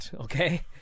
okay